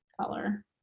color